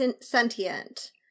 sentient